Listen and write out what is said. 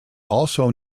also